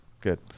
Good